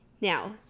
Now